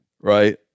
right